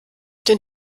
den